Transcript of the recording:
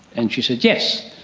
and she so yes.